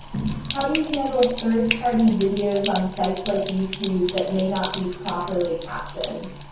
how do you handle third-party videos on sites like youtube that may not be properly captioned?